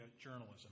journalism